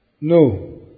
No